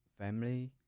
family